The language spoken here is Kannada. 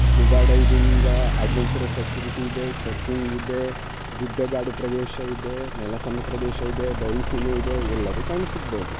ಸ್ಕುಬಾ ಡೈವಿಂಗಾ ಅಡ್ವೆಂಚರಸ್ ಆ್ಯಕ್ಟಿವಿಟಿ ಇದೆ ಟ್ರಕ್ಕಿಂಗ್ ಇದೆ ಗುಡ್ಡಗಾಡು ಪ್ರದೇಶ ಇದೆ ನೆಲಸಮ ಪ್ರದೇಶ ಇದೆ ಬಯಲುಸೀಮೆ ಇದೆ ಎಲ್ಲದು ಕಾಣಸಿಗ್ಬೌದು